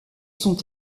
sont